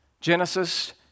Genesis